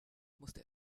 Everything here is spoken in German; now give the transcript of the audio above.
musste